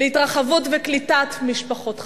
להתרחבות ולקליטת משפחות חדשות,